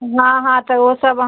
हाँ हाँ तऽ ओ सब अहाँ